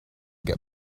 get